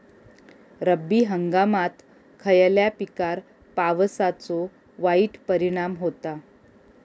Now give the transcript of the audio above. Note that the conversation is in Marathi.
रब्बी हंगामात खयल्या पिकार पावसाचो वाईट परिणाम होता?